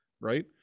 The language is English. Right